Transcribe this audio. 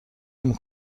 نمی